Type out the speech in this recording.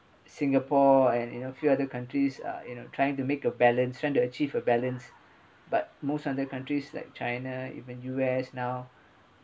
singapore and you know few other countries uh you know trying to make a balance trying to achieve a balance but most other countries like china even U_S now